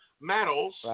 medals